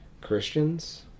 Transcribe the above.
christians